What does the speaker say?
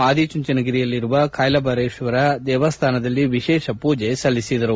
ಆದಿಚುಂಚನಗಿರಿಯಲ್ಲಿರುವ ಕಾಲಭೈರೇಶ್ವರ ದೇವಸ್ಥಾನದಲ್ಲಿ ವಿಶೇಷ ಮೂಜೆ ಸಲ್ಲಿಸಿದರು